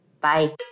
Bye